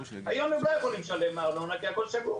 היום הם לא יכולים לשלם לי ארנונה כי הכול סגור.